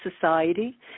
society